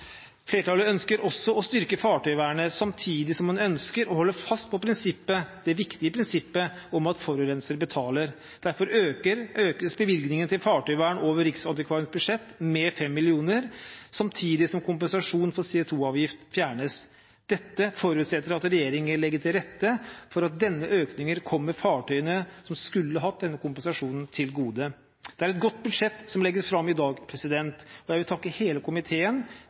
Flertallet ønsker også å styrke fartøyvernet, samtidig som man ønsker å holde fast på det viktige prinsippet om at forurenser betaler. Derfor økes bevilgningen til fartøyvern over Riksantikvarens budsjett med 5 mill. kr, samtidig som kompensasjonen for CO2-avgift fjernes. Dette forutsetter at regjeringen legger til rette for at denne økningen kommer fartøyene som skulle hatt denne kompensasjonen, til gode. Det er et godt budsjett som legges fram i dag, og jeg vil takke hele komiteen